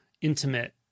intimate